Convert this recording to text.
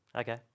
okay